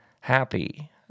happy